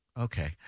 Okay